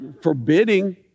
forbidding